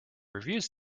reviews